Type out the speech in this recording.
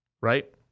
right